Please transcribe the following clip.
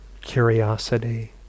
curiosity